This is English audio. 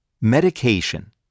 medication